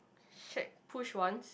shack push once